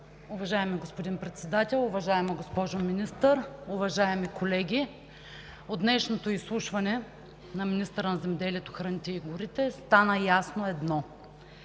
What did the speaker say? Уважаеми господин Председател, уважаема госпожо Министър, уважаеми колеги! От днешното изслушване на Министъра на земеделието, храните и горите стана ясно едно,